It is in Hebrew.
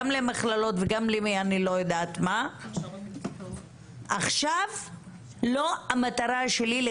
גם למכללות וגם לאני לא יודעת מי עכשיו המטרה שלי היא לא